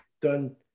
done